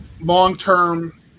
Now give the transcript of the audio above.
long-term